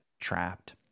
trapped